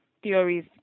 theories